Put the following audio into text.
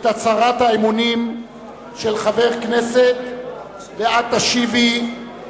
את הצהרת האמונים של חבר הכנסת ואת תשיבי